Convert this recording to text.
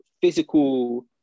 physical